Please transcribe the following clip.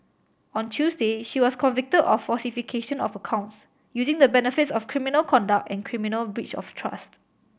on Tuesday she was convicted of falsification of accounts using the benefits of criminal conduct and criminal breach of trust